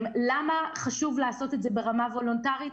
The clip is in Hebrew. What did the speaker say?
למה חשוב לעשות את זה ברמה וולונטרית?